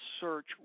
search